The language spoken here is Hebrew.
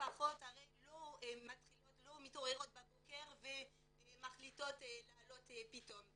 המשפחות הרי לא מתעוררות בבוקר ומחליטות לעלות פתאום,